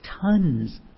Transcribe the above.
tons